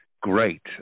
great